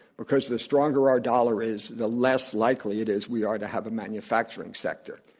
because the stronger our dollar is, the less likely it is we are to have a manufacturing sector.